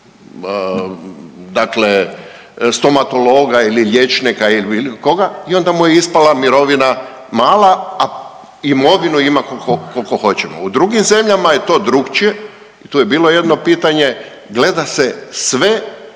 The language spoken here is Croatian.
dakle stomatologa ili liječnika ili koga i onda mu je ispala mirovina mala, a imovinu ima koliko hoćemo. U drugim zemljama je to drukčije, tu je bilo jedno pitanje, gleda se sve